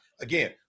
Again